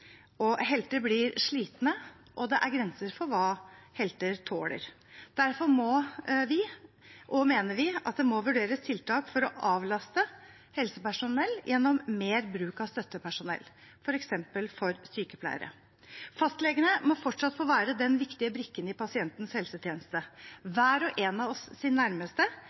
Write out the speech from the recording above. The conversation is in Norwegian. Helter blir slitne, og det er grenser for hva helter tåler. Derfor mener vi at det må vurderes tiltak for å avlaste helsepersonell gjennom mer bruk av støttepersonell, f.eks. for sykepleiere. Fastlegene må fortsatt få være den viktige brikken i pasientens helsetjeneste, hver og en av oss sin nærmeste,